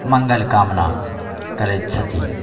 मङ्गल कामना करैत छथिन